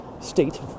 state